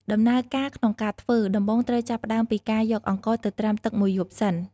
ដំណើរការក្នុងការធ្វើ ដំបូងត្រូវចាប់ផ្ដើមពីការយកអង្ករទៅត្រាំទឹកមួយយប់សិន។